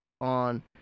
on